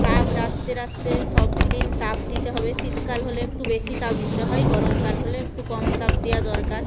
তাপ রাখতে রাখতে সব দিন তাপ দিতে হবে শীতকাল হলে একটু বেশি তাপ দিতে হয় গরমকাল হলে একটু কম তাপ দেয়া দরকার